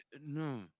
No